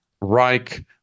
Reich